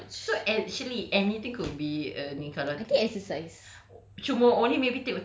ya so actually anything could be err ni kalau tapi exercise